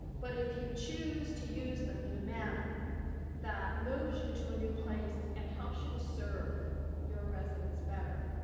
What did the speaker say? but if you choose to use them in a manner that moves you to a new place and helps you to serve your residents better,